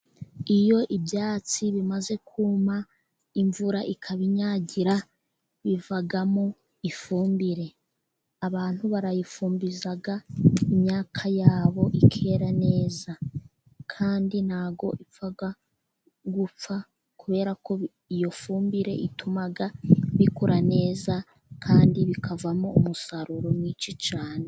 Iyo ibyatsi bimaze kuma, imvura ikabinyagira, bivamo ifumbire abantu barayifumbiza imyaka yabo, ikera neza, kandi ntabwo ipfa gupfa, kubera ko iyo fumbire ituma bikura neza, kandi bikavamo umusaruro mwinshi cyane.